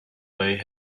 way